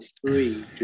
three